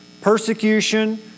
persecution